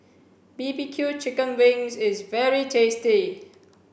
B B Q chicken wings is very tasty